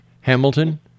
Hamilton